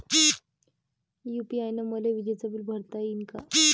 UPI न मले विजेचं बिल भरता यीन का?